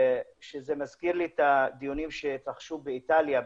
שזה מזכיר לי את הדיונים שהתרחשו באיטליה,